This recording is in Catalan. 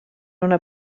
una